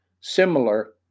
similar